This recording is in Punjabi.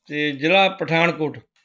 ਅਤੇ ਜ਼ਿਲ੍ਹਾ ਪਠਾਣਕੋਟ